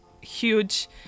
huge